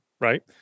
right